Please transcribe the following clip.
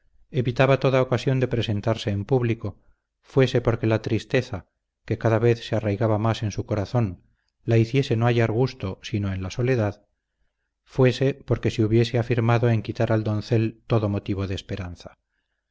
evitaba toda ocasión de presentarse en público fuese porque la tristeza que cada vez se arraigaba más en su corazón la hiciese no hallar gusto sino en la soledad fuese porque se hubiese afirmado en quitar al doncel todo motivo de esperanza